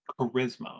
charisma